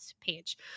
page